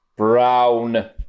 Brown